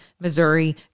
Missouri